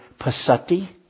pasati